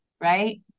right